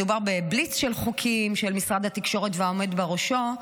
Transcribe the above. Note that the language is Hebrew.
מדובר בבליץ של חוקים של משרד התקשורת והעומד בראשו,